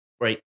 right